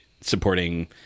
supporting